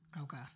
Okay